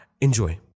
Enjoy